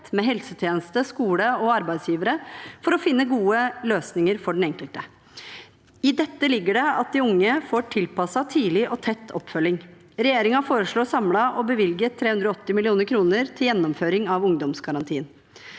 med helsetjeneste, skole og arbeidsgivere for å finne gode løsninger for den enkelte. I dette ligger det at de unge får tilpasset tidlig og tett oppfølging. Regjeringen foreslår samlet å bevilge 380 mill. kr til gjennomføring av ungdomsgarantien.